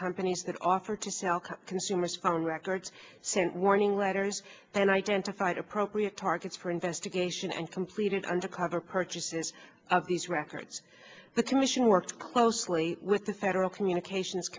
companies that offer to sell consumers phone records sent warning letters and identified appropriate targets for investigation and completed undercover purchases of these records the commission worked closely with the federal communications